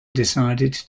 decided